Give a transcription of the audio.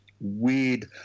weird